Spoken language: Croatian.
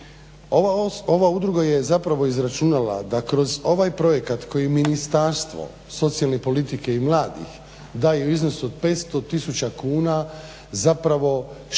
Ova udruga je zapravo izračunala da kroz ovaj projekat koji Ministarstvo socijalne politike i mladih daje u iznosu od 500 tisuća kuna zapravo štedi